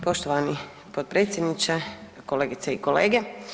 Poštovani potpredsjedniče, kolegice i kolege.